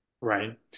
Right